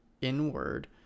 inward